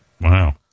Wow